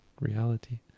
reality